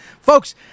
folks